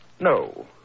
No